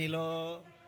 אדוני היושב-ראש,